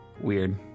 Weird